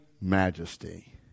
majesty